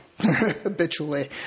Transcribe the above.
habitually